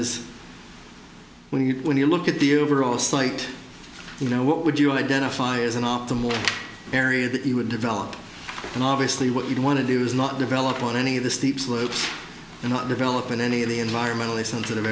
is when you when you look at the overall site you know what would you identify as an optimal area that you would develop and obviously what you want to do is not develop on any of the steep slopes and not develop in any of the environmentally sensitive